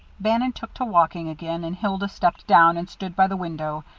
bannon took to walking again and hilda stepped down and stood by the window,